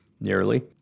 nearly